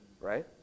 right